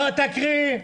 לא, תקראי.